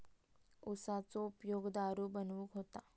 उसाचो उपयोग दारू बनवूक होता